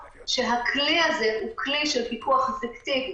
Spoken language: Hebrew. הוא שהכלי הזה הוא כלי של פיקוח אפקטיבי,